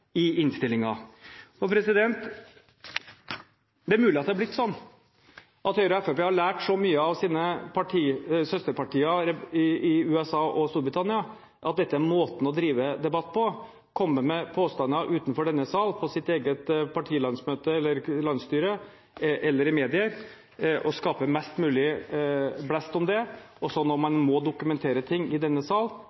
i innstillingen. Det er mulig at det er blitt slik at Høyre og Fremskrittspartiet har lært så mye av sine søsterpartier i USA og Storbritannia, at dette er måten å drive debatt på – å komme med påstander utenfor denne sal, på sitt eget partilandsmøte eller landsstyre eller i medier og skape mest mulig blest om det, og så, når man